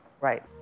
Right